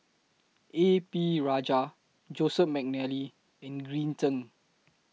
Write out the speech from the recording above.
A P Rajah Joseph Mcnally and Green Zeng